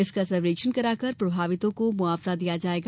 इसका सर्वेक्षण कराकर प्रभावितों को मुआवजा दिया जाएगा